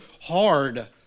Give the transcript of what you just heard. hard